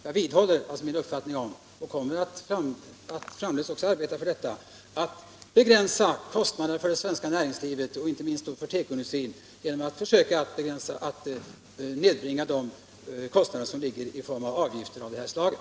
Jag vidhåller min uppfattning och kommer också att framdeles och konfektionsarbeta för att begränsa kostnaderna för det svenska näringslivet, inte industrierna minst för tekoindustrin, genom minskning av avgifter av det här slaget.